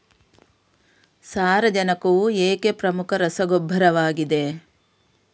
ಸಾರಜನಕವು ಏಕೆ ಪ್ರಮುಖ ರಸಗೊಬ್ಬರವಾಗಿದೆ?